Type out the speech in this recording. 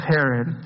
Herod